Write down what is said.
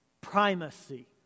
primacy